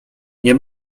nie